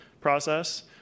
process